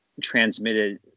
transmitted